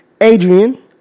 Adrian